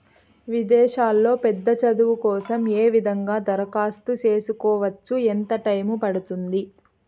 విదేశాల్లో పెద్ద చదువు కోసం ఏ విధంగా దరఖాస్తు సేసుకోవచ్చు? ఎంత టైము పడుతుంది?